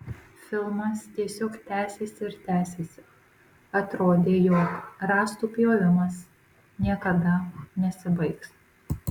filmas tiesiog tęsėsi ir tęsėsi atrodė jog rąstų pjovimas niekada nesibaigs